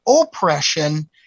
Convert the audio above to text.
Oppression